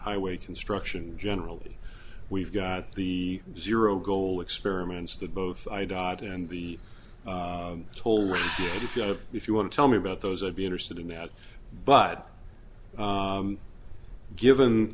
highway construction generally we've got the zero goal experiments that both i dotted and the toll road if you want to tell me about those i'd be interested in that but given